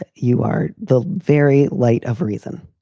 ah you are the very light of reason.